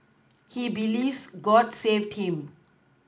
he believes God saved him